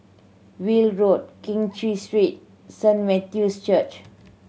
Weld Road Keng Cheow Street Saint Matthew's Church